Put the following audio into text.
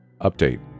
Update